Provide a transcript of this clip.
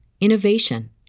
innovation